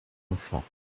enfants